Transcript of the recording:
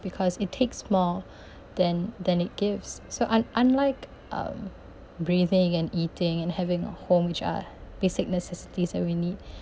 because it takes more than than it gives so un~ unlike um breathing and eating and having a home which are basic necessities that we need